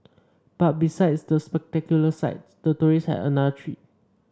but besides the spectacular sight the tourists had another treat